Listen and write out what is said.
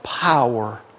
power